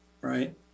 Right